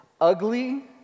ugly